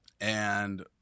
And-